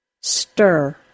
Stir